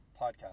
podcast